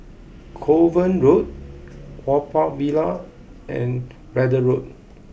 Kovan Road Haw Par Villa and Braddell Road